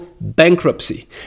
bankruptcy